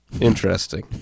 Interesting